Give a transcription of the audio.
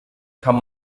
kann